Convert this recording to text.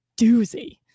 doozy